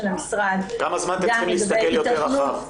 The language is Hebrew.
המשרד --- כמה זמן אתם צריכים להסתכל יותר רחב?